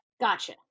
Gotcha